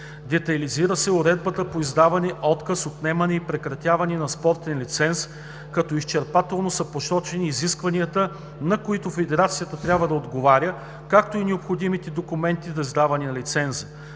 Детайлизира се уредбата по издаване, отказ, отнемане и прекратяване на спортен лиценз, като изчерпателно са посочени изискванията, на които федерацията трябва да отговаря, както и необходимите документи за издаване на лиценза.